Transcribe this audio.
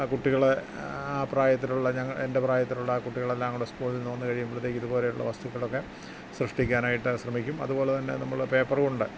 ആ കുട്ടികളെ ആ പ്രായത്തിലുള്ള ഞങ്ങൾ എൻ്റെ പ്രായത്തിലുള്ള കുട്ടികളെല്ലാം കൂടെ സ്കൂളിൽ നിന്ന് വന്ന് കഴിയുമ്പോഴത്തേക്കും ഇതുപോലെയുള്ള വസ്തുക്കളൊക്കെ സൃഷ്ടിക്കാനായിട്ട് ശ്രമിക്കും അതുപോലെ തന്നെ നമ്മൾ പേപ്പർ കൊണ്ട്